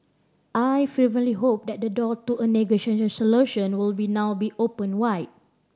I fervently hope that the door to a negotiated solution will be now be opened wide